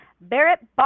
Barrett